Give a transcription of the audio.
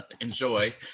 enjoy